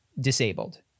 disabled